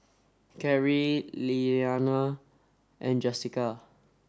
Carrie Iyana and Jessika